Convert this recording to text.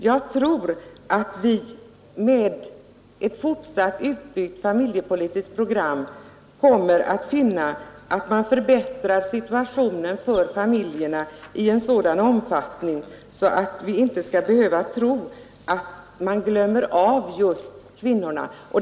Jag tror att vi med ett fortsatt utbyggt familjepolitiskt program kommer att finna att man förbättrar situationen för familjerna i en sådan omfattning att de inte skall behöva tro att kvinnorna glöms bort.